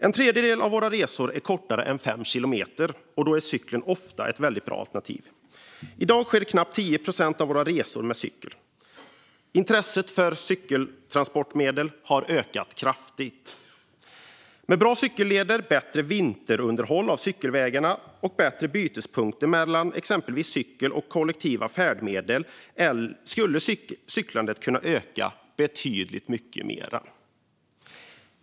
En tredjedel av våra resor är kortare än fem kilometer, och då är cykeln ofta ett bra alternativ. I dag sker knappt 10 procent av våra resor med cykel. Intresset för cykeln som transportmedel har ökat kraftigt. Med bra cykelleder, bättre vinterunderhåll av cykelvägarna och bättre bytespunkter mellan cykel och kollektiva färdmedel skulle cyklandet kunna öka betydligt mer.